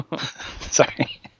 sorry